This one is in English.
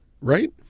right